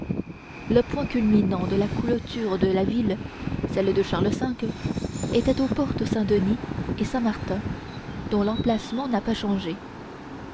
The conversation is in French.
le point culminant de la clôture de la ville celle de charles v était aux portes saint-denis et saint-martin dont l'emplacement n'a pas changé